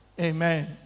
Amen